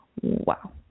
Wow